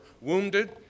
wounded